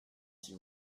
s’il